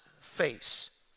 face